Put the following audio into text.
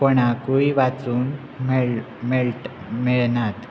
कोणाकूय वाचून मेळनात